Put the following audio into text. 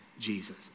Jesus